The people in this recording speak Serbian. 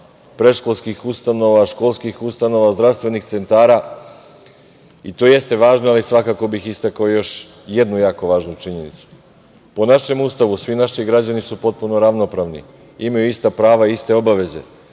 predškolskih ustanova, školskih ustanova, zdravstvenih centara. To jeste važno, ali svakako bih istekao još jednu jako važnu činjenicu. Po našem Ustavu svi naši građani su potpuno ravnopravni. Imaju ista prava, iste obaveze,